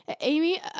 amy